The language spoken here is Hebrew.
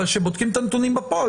אבל כשבודקים את הנתונים בפועל,